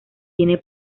tiene